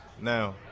now